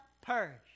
perish